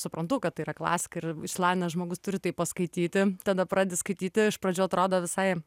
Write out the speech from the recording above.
suprantu kad tai yra klasika ir išsilavinęs žmogus turi tai paskaityti tada pradedi skaityti iš pradžių atrodo visai